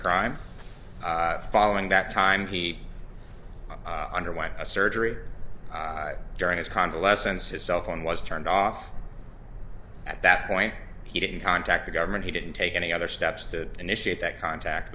crime following that time he underwent a surgery during his convalescence his cell phone was turned off at that point he didn't contact the government he didn't take any other steps to initiate that contact